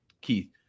Keith